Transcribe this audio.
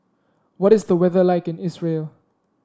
what is the weather like in Israel